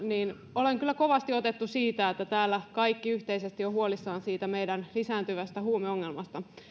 olen kyllä kovasti otettu siitä että täällä kaikki yhteisesti ovat huolissaan meidän lisääntyvästä huumeongelmasta